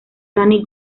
danny